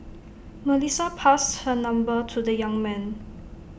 Melissa passed her number to the young man